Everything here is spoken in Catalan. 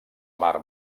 mar